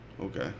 Okay